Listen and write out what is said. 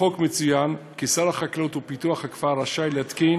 בחוק מצוין כי שר החקלאות ופיתוח הכפר רשאי להתקין